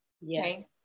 Yes